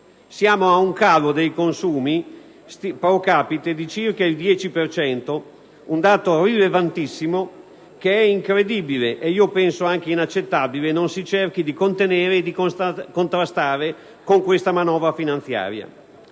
siamo ad un calo dei consumi *pro capite* di circa il 10 per cento, un dato rilevantissimo che è incredibile - ed io penso anche inaccettabile - non si cerchi di contenere e di contrastare con questa manovra finanziaria.